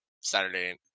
Saturday